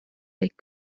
les